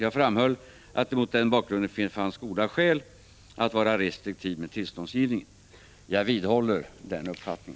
Jag framhöll att det mot denna bakgrund fanns goda skäl att vara restriktiv med tillståndsgivningen. Jag vidhåller denna uppfattning.